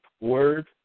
word